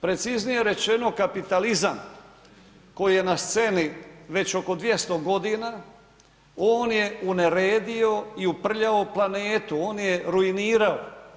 Preciznije rečeno, kapitalizam koji je na sceni već oko 200 g., on je uneredio i uprljao planetu, on je ruinirao.